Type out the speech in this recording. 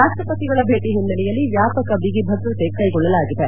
ರಾಷ್ವಪತಿಗಳ ಭೇಟಿಯ ಹಿನ್ನೆ ಲೆಯಲ್ಲಿ ವ್ಯಾಪಕ ಬಿಗಿ ಭದ್ರತೆ ಕೈಗೊಳ್ಳಲಾಗಿದೆ